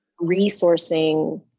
resourcing